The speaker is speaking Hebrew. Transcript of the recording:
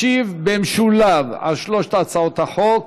ישיב במשולב על שלוש הצעות החוק